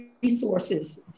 resources